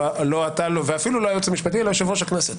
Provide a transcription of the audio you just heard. לא אתה ולא הייעוץ המשפטי אלא יושב-ראש הכנסת